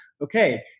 okay